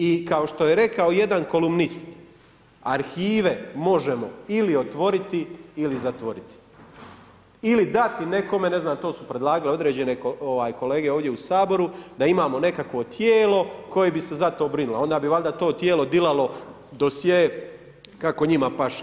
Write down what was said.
I kao što je rekao jedan kolumnist, arhive možemo ili otvoriti ili zatvoriti ili dati nekome, ne znam to su predlagale određene kolege ovdje u Saboru, da imamo nekakvo tijelo koje bi se za to brinulo, a onda bi valjda to tijelo dilalo dosjee kako njima paše.